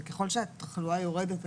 וככל שהתחלואה יורדת,